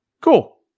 cool